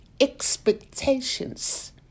expectations